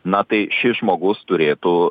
na tai šis žmogus turėtų